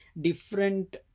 different